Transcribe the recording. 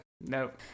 nope